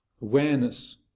awareness